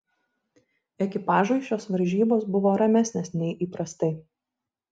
ekipažui šios varžybos buvo ramesnės nei įprastai